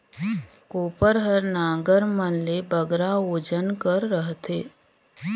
कोपर हर नांगर मन ले बगरा ओजन कर रहथे